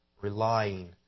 relying